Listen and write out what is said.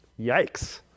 Yikes